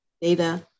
data